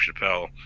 Chappelle